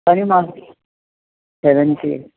घणियूं marks seventy